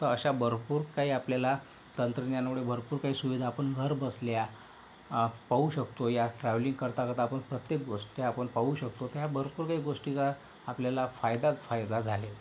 तर अशा भरपूर काही आपल्याला तंत्रज्ञानामुळे भरपूर काही सुविधा आपण घरबसल्या पाहू शकतो या ट्रॅव्हलिंग करता करता आपण प्रत्येक गोष्टी आपण पाहू शकतो या भरपूर काही गोष्टीचा आपल्याला फायदाच फायदा झालेत